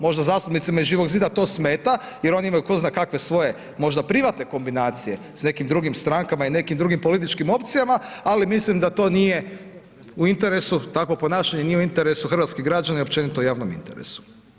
Možda zastupnicima iz Živog zida to smeta jer oni imaju ko zna kakve svoje možda privatne kombinacije s nekim drugim strankama i nekim drugim političkim opcijama, ali da to nije u interesu, takvo ponašanje nije u interesu hrvatskih građana i općenito u javnom interesu.